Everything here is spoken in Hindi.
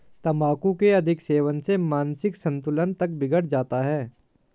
तंबाकू के अधिक सेवन से मानसिक संतुलन तक बिगड़ जाता है